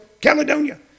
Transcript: Caledonia